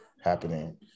happening